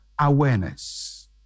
awareness